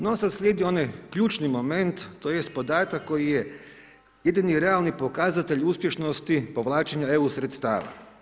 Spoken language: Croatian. No, sad slijedi onaj ključni moment, tj. podatak koji je jedini realni pokazatelj uspješnosti povlačenja EU sredstava.